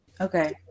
Okay